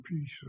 peace